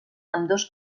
ambdós